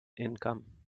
income